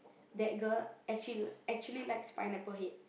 that girl actually actually likes Pineapple Head